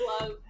love